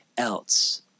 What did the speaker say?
else